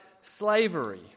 slavery